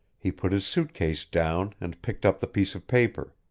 he put his suit case down and picked up the piece of paper.